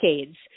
decades